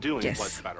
Yes